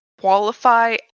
qualify